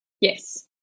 Yes